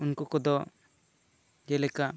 ᱩᱱᱠᱩ ᱠᱚᱫᱚ ᱡᱮᱞᱮᱠᱟ